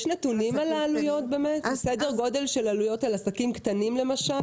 יש נתונים על סדר גודל של עלויות על עסקים קטנים למשל?